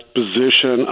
position